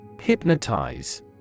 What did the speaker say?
Hypnotize